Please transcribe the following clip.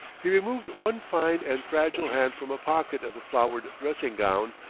he removed one fine and fragile hand from a pocket of the flowered dressing-gown,